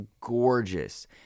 gorgeous